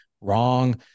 wrong